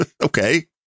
Okay